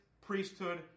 priesthood